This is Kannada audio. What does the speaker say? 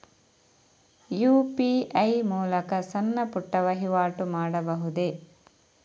ಯು.ಪಿ.ಐ ಮೂಲಕ ಸಣ್ಣ ಪುಟ್ಟ ವಹಿವಾಟು ಮಾಡಬಹುದೇ?